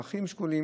את האחים השכולים.